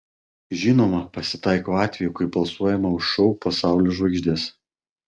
žinoma pasitaiko atvejų kai balsuojama už šou pasaulio žvaigždes